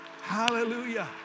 Hallelujah